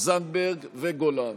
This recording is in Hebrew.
תמר זנדברג ויאיר גולן.